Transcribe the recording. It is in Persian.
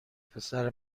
پسر